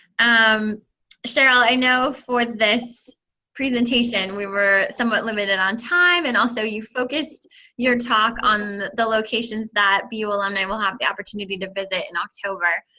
and um cheryl, i know for this presentation we were somewhat limited on time, and also you focused your talk on the locations that bu alumni will have the opportunity to visit in october.